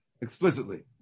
explicitly